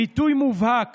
ביטוי מובהק